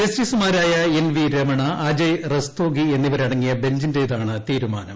ജസ്റ്റിസുമാരായ N V Ramana Ajay Rastogi എന്നിവരടങ്ങിയ ബെഞ്ചിന്റേതാണ് തീരുമാനം